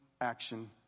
action